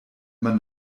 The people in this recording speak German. man